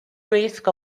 risk